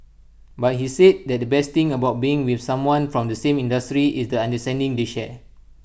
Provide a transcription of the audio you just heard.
but he said that the best thing about being with someone from the same industry is the understanding they share